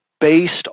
based